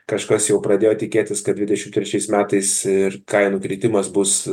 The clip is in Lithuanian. kažkas jau pradėjo tikėtis kad dvidešimt trečiais metais ir kainų kritimas bus